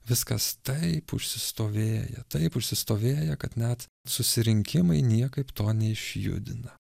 viskas taip užsistovėję taip užsistovėję kad net susirinkimai niekaip to neišjudina